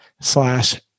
slash